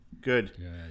Good